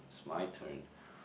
it's my turn